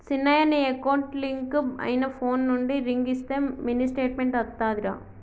సిన్నయ నీ account link అయిన ఫోన్ నుండి రింగ్ ఇస్తే మినీ స్టేట్మెంట్ అత్తాదిరా